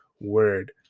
word